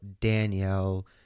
Danielle